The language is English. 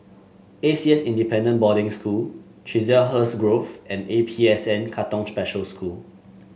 A C S Independent Boarding School Chiselhurst Grove and A P S N Katong Special School